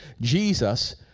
jesus